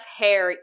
hair